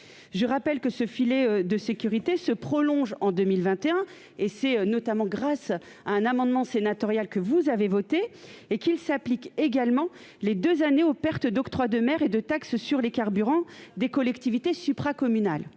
le rappelle, ce filet de sécurité se prolonge en 2021, notamment grâce à un amendement sénatorial, et s'applique également pendant ces deux années aux pertes d'octroi de mer et de taxes sur les carburants des collectivités supracommunales.